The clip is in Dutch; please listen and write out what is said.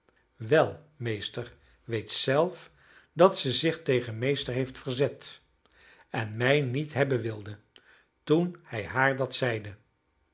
wel meester weet zelf dat ze zich tegen meester heeft verzet en mij niet hebben wilde toen hij haar dat zeide